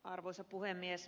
arvoisa puhemies